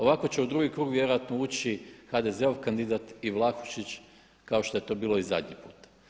Ovako će u drugi krug vjerojatno ući HDZ-ov kandidat i Vlahušić kao što je to bilo i zadnji puta.